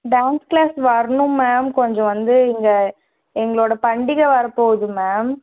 dance class வரணும் ma'am கொஞ்சம் வந்து இங்கே எங்களோட பண்டிகை வர போகுது மேம்